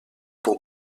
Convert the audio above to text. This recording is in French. pour